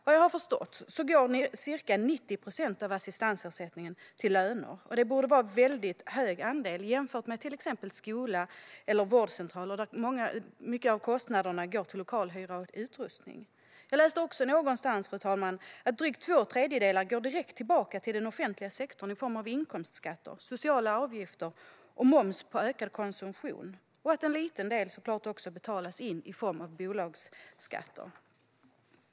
Vad jag har förstått går ca 90 procent av assistansersättningen till löner, och det borde vara en väldigt hög andel jämfört med till exempel skolor eller vårdcentraler, där mycket av kostnaderna går till lokalhyra och utrustning. Jag läste också någonstans, fru talman, att drygt två tredjedelar går direkt tillbaka till den offentliga sektorn i form av inkomstskatter, sociala avgifter och moms på ökad konsumtion och att en liten del såklart också betalas in i form av bolagsskatter.